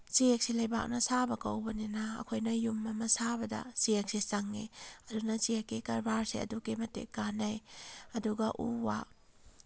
ꯆꯦꯛꯁꯦ ꯂꯩꯕꯥꯛꯅ ꯁꯥꯕ ꯀꯧꯕꯅꯤꯅ ꯑꯩꯈꯣꯏꯅ ꯌꯨꯝ ꯑꯃ ꯁꯥꯕꯗ ꯆꯦꯛꯁꯦ ꯆꯪꯉꯤ ꯑꯗꯨꯅ ꯆꯦꯛꯀꯤ ꯀꯔꯕꯥꯔꯁꯦ ꯑꯗꯨꯛꯀꯤ ꯃꯇꯤꯛ ꯀꯥꯟꯅꯩ ꯑꯗꯨꯒ ꯎ ꯋꯥ